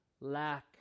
lack